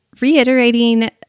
reiterating